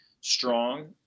strong